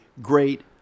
great